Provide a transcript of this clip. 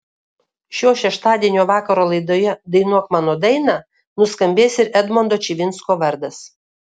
šio šeštadienio vakaro laidoje dainuok mano dainą nuskambės ir edmondo čivinsko vardas